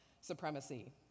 supremacy